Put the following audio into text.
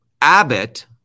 Abbott